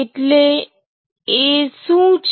એટલે એ શું છે